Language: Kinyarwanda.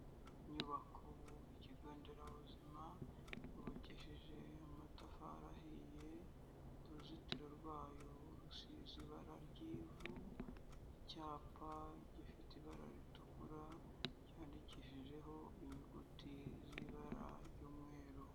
Inyubako y'ikigo nderabuzima, yubakishije amatafari ahiye, uruzitiro rwayo rusize ibara ry'ivu, icyapa gifite ibara ritukura ryandikishijeho inyuguti z'ibara ry'umweru.